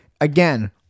again